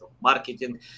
marketing